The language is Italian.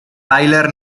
tyler